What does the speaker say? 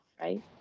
right